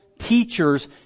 teachers